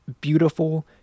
beautiful